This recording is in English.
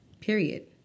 Period